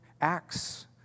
acts